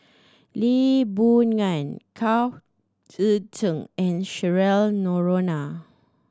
Lee Boon Ngan Chao Tzee Cheng and Cheryl Noronha